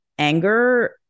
anger